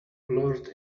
blurred